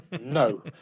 no